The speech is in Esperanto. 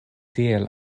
tiel